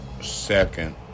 Second